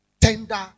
Tender